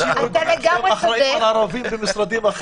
יהודים שאחראים על ערבים במשרדים אחרים,